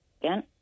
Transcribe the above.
Again